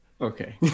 okay